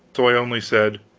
so i only said